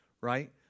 right